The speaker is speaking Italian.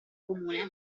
comune